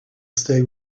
stay